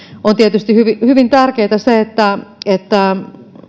on tietysti hyvin hyvin tärkeää se että